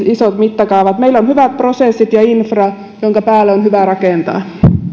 isot mittakaavat meillä on hyvät prosessit ja infra joiden päälle on hyvä rakentaa